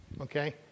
okay